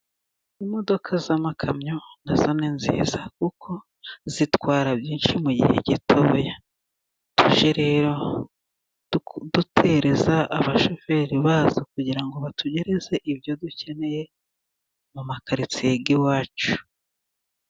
Imodoka z'amakamyo na zo ni nziza kuko zitwara byinshi mu gihe gito. Tujye rero dutereza abashoferi bazo, kugira ngo batugereze ibyo dukeneye mu makaritsiye y'iwacu.